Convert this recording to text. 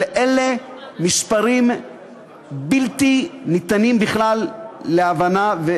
אלה מספרים בלתי ניתנים להבנה בכלל,